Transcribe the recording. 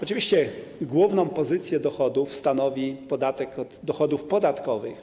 Oczywiście główną pozycję dochodów stanowi podatek od dochodów podatkowych.